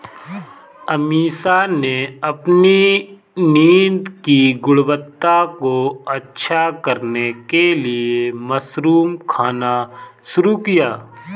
अमीषा ने अपनी नींद की गुणवत्ता को अच्छा करने के लिए मशरूम खाना शुरू किया